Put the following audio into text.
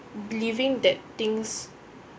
believing that things